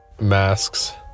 Masks